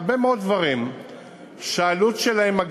הרבה מאוד דברים שהעלות שלהם,